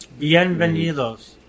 Bienvenidos